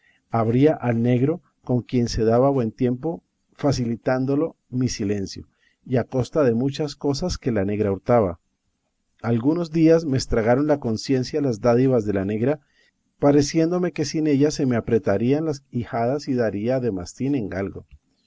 abría al negro con quien se daba buen tiempo facilitándolo mi silencio y a costa de muchas cosas que la negra hurtaba algunos días me estragaron la conciencia las dádivas de la negra pareciéndome que sin ellas se me apretarían las ijadas y daría de mastín en galgo